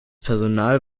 personal